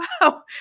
wow